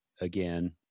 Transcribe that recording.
again